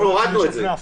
אנחנו הורדנו את זה.